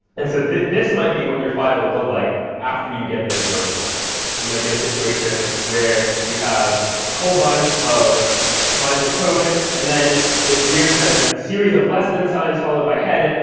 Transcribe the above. and so this might be what your file would look like after you get this merge conflict. you might get a situation where you have a whole bunch of ah lines of code, and then this weird kind of series of less than signs followed by head,